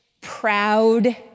proud